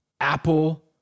apple